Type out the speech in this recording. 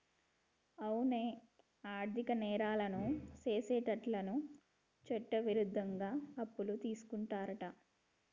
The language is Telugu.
అవునే ఆర్థిక నేరాలను సెసేటోళ్ళను చట్టవిరుద్ధంగా అప్పులు తీసుకుంటారంట